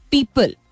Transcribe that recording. People